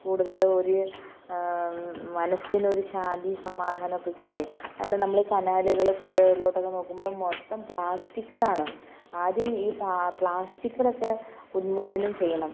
കൂടുതൽ ഒരു മനസ്സിനൊരു ശാന്തി സമാധാനമൊക്കെ കിട്ട്വേ അന്ന നമ്മൾ കനാലുകൾ പുഴകളിലോട്ടൊക്കെ നോക്കുമ്പം മൊത്തം പ്ലാസ്റ്റിക്ക് ആണ് ആദ്യം ഈ പാ പ്ലാസ്റ്റിക്കുകളൊക്കെ ഉന്മൂലനം ചെയ്യണം